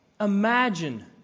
Imagine